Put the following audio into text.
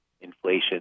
inflation